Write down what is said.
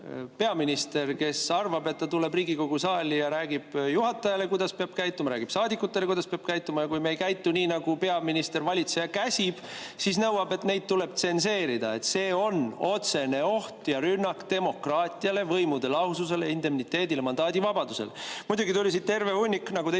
peaminister, kes arvab, et ta tuleb Riigikogu saali ja räägib juhatajale, kuidas peab käituma, räägib saadikutele, kuidas peab käituma, ja kui me ei käitu nii, nagu peaminister, valitseja käsib, siis nõuab, et meid tuleb tsenseerida. See on otsene oht ja rünnak demokraatiale, võimude lahususele, indemniteedile, mandaadi vabadusele. Muidugi tuli siit terve hunnik, nagu te